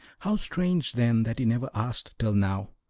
how strange, then, that you never asked till now!